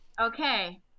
Okay